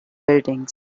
buildings